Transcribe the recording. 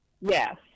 yes